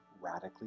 radically